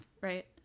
right